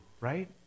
right